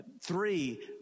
Three